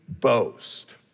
boast